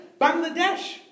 Bangladesh